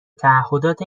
تعهدات